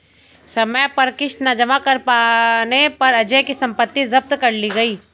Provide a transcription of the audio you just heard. समय पर किश्त न जमा कर पाने पर अजय की सम्पत्ति जब्त कर ली गई